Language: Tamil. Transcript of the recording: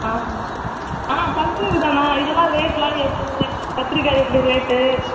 ஆம் ஆ ஃபங்க்ஷனுக்கு தான்ண்ணா இதெல்லாம் ரேட்லாம் எப்படி கத்திரிக்காய் எப்படி ரேட்டு